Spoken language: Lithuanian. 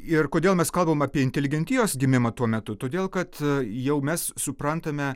ir kodėl mes kalbam apie inteligentijos gimimą tuo metu todėl kad jau mes suprantame